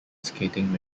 skating